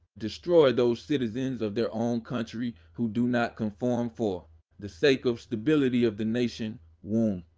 destroy those citizens of their own country who do not conform for the sake of stability of the nation womb.